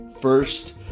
first